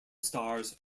stars